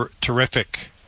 terrific